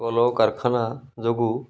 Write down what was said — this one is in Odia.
କଳକାରଖାନା ଯୋଗୁଁ